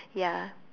ya